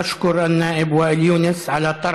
(אומר בערבית: אני מודה לחבר הכנסת ואאל יונס על הצגת